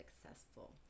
successful